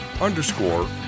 underscore